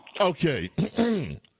Okay